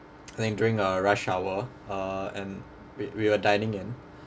I think during a rush hour uh and we we are dining in